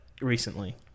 recently